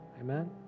Amen